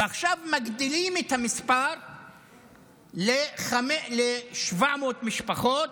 ועכשיו מגדילים את המספר ל-700 משפחות,